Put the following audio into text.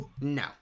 No